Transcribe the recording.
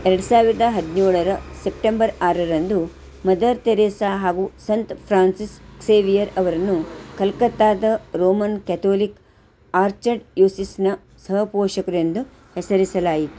ಎರ್ಡು ಸಾವಿರದ ಹದಿನೇಳರ ಸೆಪ್ಟೆಂಬರ್ ಆರರಂದು ಮದರ್ ತೆರೇಸ ಹಾಗೂ ಸಂತ ಫ್ರಾನ್ಸಿಸ್ ಸೇವಿಯರ್ ಅವರನ್ನು ಕಲ್ಕತ್ತಾದ ರೋಮನ್ ಕ್ಯಾತೋಲಿಕ್ ಆರ್ಚಡಯುಸಿಸ್ನ ಸಹ ಪೋಷಕರು ಎಂದು ಹೆಸರಿಸಲಾಯಿತು